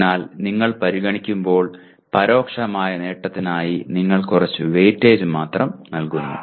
അതിനാൽ നിങ്ങൾ പരിഗണിക്കുമ്പോൾ പരോക്ഷമായ നേട്ടത്തിനായി നിങ്ങൾ കുറച്ച് വെയിറ്റേജ് മാത്രം നൽകുന്നു